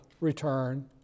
return